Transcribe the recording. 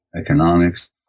economics